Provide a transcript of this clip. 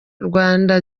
rwanda